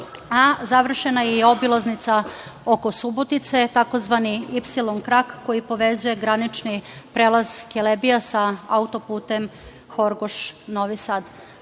a završena i obilaznica oko Subotice, tzv. „Ipsilon krak“ koji povezuje granični prelaz Kelebija sa autoputem Horgoš – Novi Sad. Što